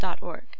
org